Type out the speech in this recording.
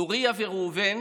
נוריה וראובן